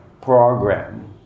program